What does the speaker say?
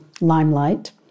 limelight